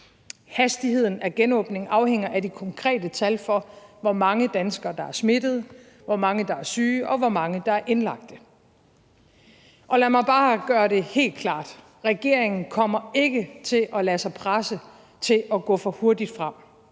Hastigheden af genåbningen afhænger af det konkrete tal for, hvor mange danskere der er smittet, hvor mange der er syge, og hvor mange der er indlagte. Lad mig bare gøre det helt klart: Regeringen kommer ikke til at lade sig presse til at gå for hurtigt frem.